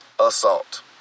assault